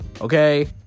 Okay